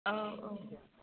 औ औ